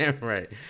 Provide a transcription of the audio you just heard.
Right